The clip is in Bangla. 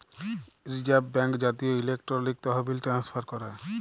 রিজার্ভ ব্যাঙ্ক জাতীয় ইলেকট্রলিক তহবিল ট্রান্সফার ক্যরে